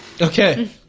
Okay